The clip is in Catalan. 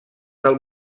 del